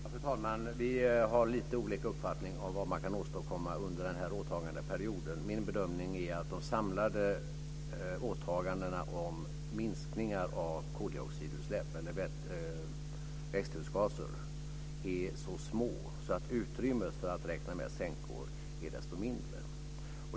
Fru talman! Vi har lite olika uppfattning om vad man kan åstadkomma under denna åtagandeperiod. Min bedömning är att de samlade åtagandena när det gäller minskningar av koldioxidutsläppen eller växthusgaserna är så få att utrymmet för att räkna med sänkor är litet.